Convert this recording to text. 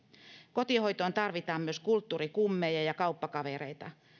kotihoitoon tarvitaan myös kulttuurikummeja ja kauppakavereita